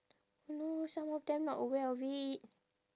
oh no some of them not aware of it